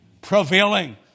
prevailing